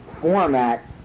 format